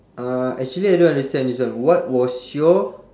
uh actually I don't understand this one what was your